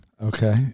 Okay